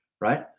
right